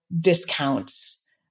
discounts